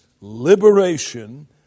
liberation